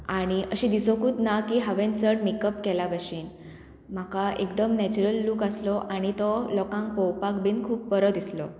आनी अशें दिसोकूच ना की हांवें चड मेकअप केला भशेन म्हाका एकदम नॅचुरल लूक आसलो आनी तो लोकांक पळोवपाक बीन खूब बरो दिसलो